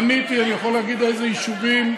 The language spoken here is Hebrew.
מניתי, אני יכול להגיד איזה יישובים,